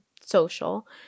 social